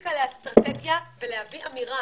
מטקטיקה לאסטרטגיה ולהביא אמירה.